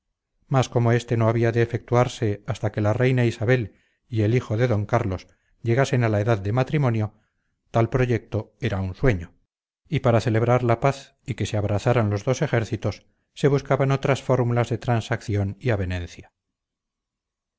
mas como este no había de efectuarse hasta que la reina isabel y el hijo de d carlos llegasen a edad de matrimonio tal proyecto era un sueño y para celebrar la paz y que se abrazaran los dos ejércitos se buscaban otras fórmulas de transacción y avenencia